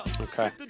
Okay